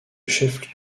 chef